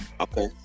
okay